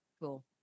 Cool